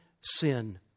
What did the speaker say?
sin